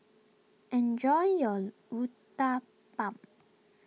enjoy your Uthapam